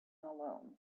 alone